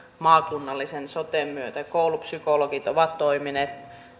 maakunnallisen soten myötä koulupsykologit ovat toimineet